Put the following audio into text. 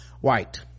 White